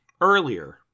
earlier